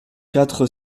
quatre